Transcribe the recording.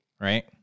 Right